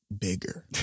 bigger